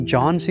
John